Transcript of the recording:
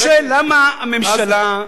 אני שואל למה הממשלה,